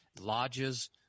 lodges